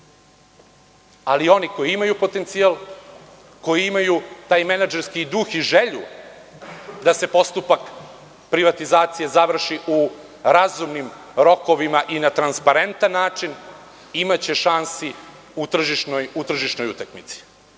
ali oni koji imaju potencijal, koji imaju taj menadžerski duh i želju da se postupak privatizacije završi u razumnim rokovima i na transparentan način imaće šansi u tržišnoj utakmici. Velika